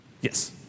Yes